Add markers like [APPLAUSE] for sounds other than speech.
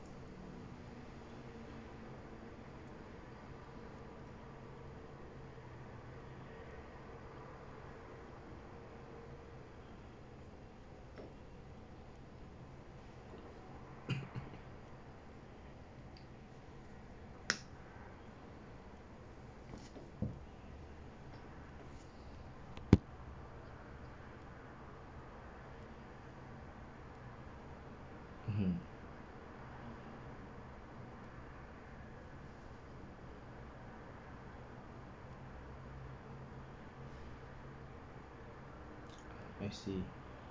[COUGHS] mmhmm I see